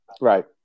Right